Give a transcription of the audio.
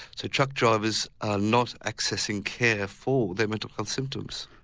so truck drivers are not accessing care for their mental health symptoms.